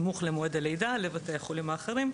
סמוך למועד הלידה לבתי החולים האחרים,